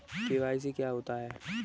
KYC क्या होता है?